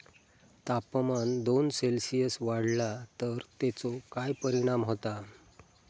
तापमान दोन सेल्सिअस वाढला तर तेचो काय परिणाम होता?